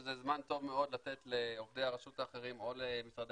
שזה זמן טוב מאוד לעובדי הרשות האחרים או למשרדי